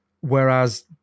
Whereas